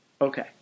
Okay